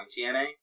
TNA